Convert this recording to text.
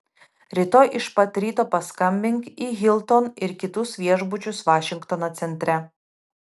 rytoj iš pat ryto paskambink į hilton ir kitus viešbučius vašingtono centre